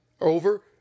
over